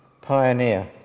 pioneer